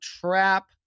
trap